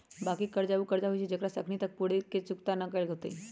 बाँकी कर्जा उ कर्जा होइ छइ जेकरा अखनी तक पूरे तरिका से न चुक्ता कएल गेल होइत